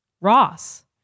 Ross